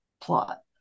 plot